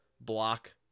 block